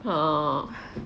ha